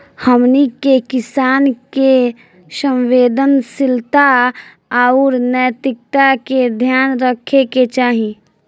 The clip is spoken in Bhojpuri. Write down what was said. हमनी के किसान के संवेदनशीलता आउर नैतिकता के ध्यान रखे के चाही